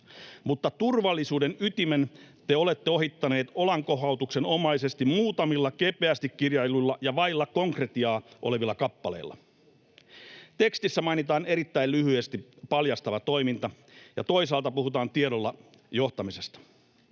mutta turvallisuuden ytimen te olette ohittaneet olankohautuksenomaisesti muutamilla kepeästi kirjailluilla ja vailla konkretiaa olevilla kappaleilla. Tekstissä mainitaan erittäin lyhyesti paljastava toiminta ja toisaalta puhutaan tiedolla johtamisesta.